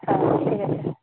ᱴᱷᱤᱠ ᱟᱪᱷᱮ